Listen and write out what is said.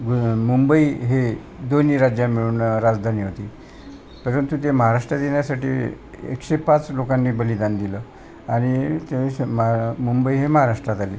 गु मुंबई हे दोन्ही राज्या मिळून राजधानी होती परंतु ते महाराष्ट्रात येण्यासाठी एकशे पाच लोकांनी बलिदान दिलं आणि तेच मा मुंबई हे महाराष्ट्रात आली